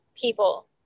people